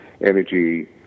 energy